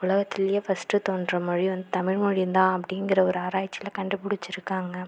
உலகத்துலையே first தோன்றுன மொழி வந்து தமிழ் மொழி தான் அப்படிங்கிற ஒரு ஆராய்ச்சியில கண்டுபிடிச்சிருக்காங்க